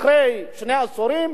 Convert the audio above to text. אחרי שני עשורים,